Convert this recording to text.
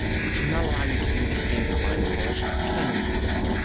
we cannot allow you to do this thing blindfold can we louis?